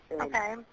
Okay